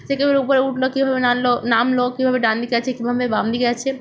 সে ওপরে উঠল কীভাবে নাল্লো নামল কীভাবে ডান দিক যাচ্ছে কীভাবে বাম দিকে যাচ্ছে